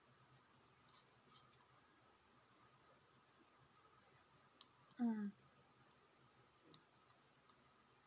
mm